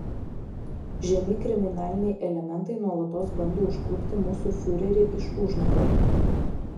žemi kriminaliniai elementai nuolatos bando užklupti mūsų fiurerį iš užnugario